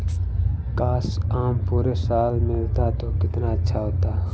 काश, आम पूरे साल मिलता तो कितना अच्छा होता